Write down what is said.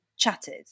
chatted